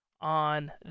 On